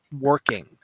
working